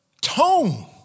Tone